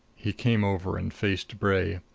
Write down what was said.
he came over and faced bray.